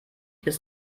bis